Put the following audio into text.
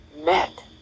met